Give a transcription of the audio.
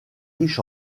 riche